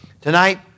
Tonight